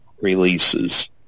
releases